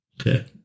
Okay